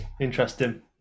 Interesting